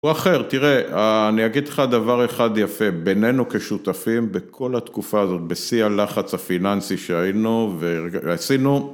או אחר, תראה, אני אגיד לך דבר אחד יפה, בינינו כשותפים, בכל התקופה הזאת, בשיא הלחץ הפיננסי שהיינו ועשינו,